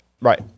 Right